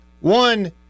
one